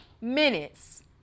minutes